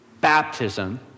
baptism